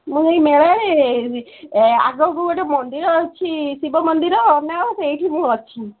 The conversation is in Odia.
ମୁଁ ଏଇ ମେଳାରେ ଆଗକୁ ଗୋଟେ ମନ୍ଦିର ଅଛି ଶିବ ମନ୍ଦିର ଆମେ ଆଉ ସେଇଠି ମୁଁ ଅଛି